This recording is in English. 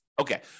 Okay